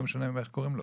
לא משנה איך קוראים לו.